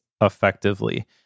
effectively